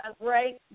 great